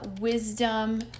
wisdom